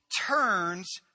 turns